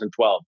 2012